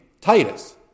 Titus